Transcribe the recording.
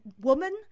woman